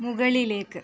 മുകളിലേക്ക്